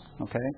Okay